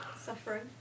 Suffering